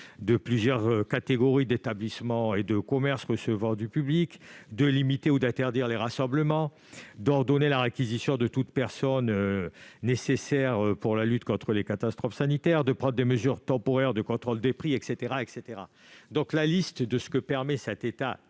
de plusieurs catégories d'établissements et de commerces recevant du public, de limiter ou d'interdire les rassemblements, d'ordonner la réquisition de toute personne nécessaire à la lutte contre les catastrophes sanitaires, de prendre des mesures temporaires de contrôle des prix, etc. La liste de ce que permet cet état